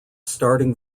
starting